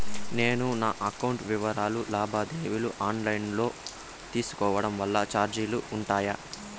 నేను నా అకౌంట్ వివరాలు లావాదేవీలు ఆన్ లైను లో తీసుకోవడం వల్ల చార్జీలు ఉంటాయా?